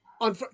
on